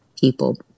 people